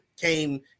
came